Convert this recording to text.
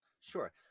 Sure